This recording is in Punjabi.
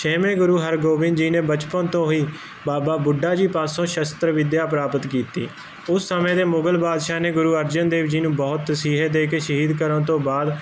ਛੇਵੇਂ ਗੁਰੂ ਹਰਗੋਬਿੰਦ ਜੀ ਨੇ ਬਚਪਨ ਤੋਂ ਹੀ ਬਾਬਾ ਬੁੱਢਾ ਜੀ ਪਾਸੋਂ ਸ਼ਸਤਰ ਵਿੱਦਿਆ ਪ੍ਰਾਪਤ ਕੀਤੀ ਉਸ ਸਮੇਂ ਦੇ ਮੁਗਲ ਬਾਦਸ਼ਾਹ ਨੇ ਗੁਰੂ ਅਰਜਨ ਦੇਵ ਜੀ ਨੂੰ ਬਹੁਤ ਤਸੀਹੇ ਦੇ ਕੇ ਸ਼ਹੀਦ ਕਰਨ ਤੋਂ ਬਾਅਦ